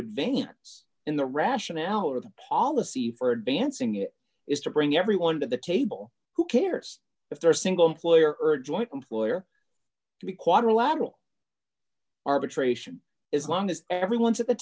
advance in the rationale or the policy for advancing it is to bring everyone to the table who cares if they're single employer urgent employer to be quadrilateral arbitration as long as everyone's at the